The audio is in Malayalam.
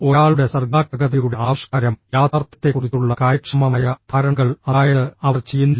ഒരാളുടെ സർഗ്ഗാത്മകതയുടെ ആവിഷ്കാരം യാഥാർത്ഥ്യത്തെക്കുറിച്ചുള്ള കാര്യക്ഷമമായ ധാരണകൾ അതായത് അവർ ചെയ്യുന്നില്ല